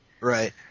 right